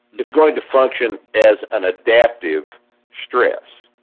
it's going to function as an adaptive stress